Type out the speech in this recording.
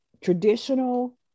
traditional